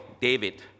David